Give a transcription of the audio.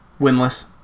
winless